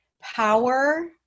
power